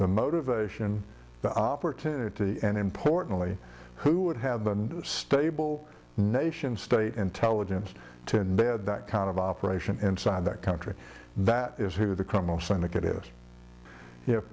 the motivation the opportunity and importantly who would have been stable nation state intelligence to bed that kind of operation inside that country that is who the criminal syndicate is y